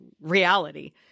reality